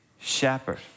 shepherd